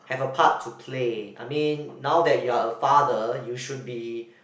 have a part to play I mean now that you are a father you should be